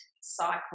cycle